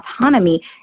autonomy